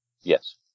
Yes